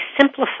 Simplify